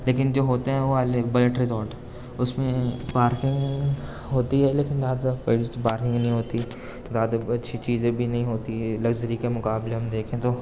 لیکن جو ہوتے ہیں وہ والے ریزورٹ اس میں پارکںگ ہوتی ہے لیکن زیادہ تر نہیں ہوتی زیادہ اچھی چیزیں بھی نہیں ہوتی ہے لگژری کے مقابلے میں ہم دیکھیں تو